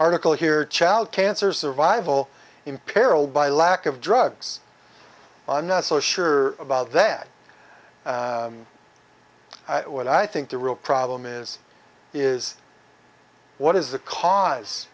article here child cancer survival imperiled by lack of drugs i'm not so sure about that what i think the real problem is is what is the cause